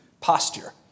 posture